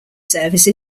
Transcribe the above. service